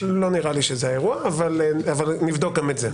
לא נראה לי שזה האירוע אבל נבדוק גם את זה.